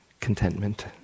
contentment